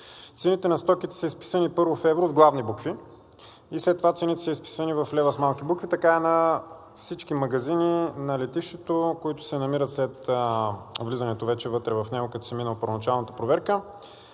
цените на стоките са изписани първо в евро с главни букви и след това цените са изписани в левове с малки букви. Така е и на всички магазини на летището, които се намират след влизането вече вътре в него, като се мине първоначалната проверка.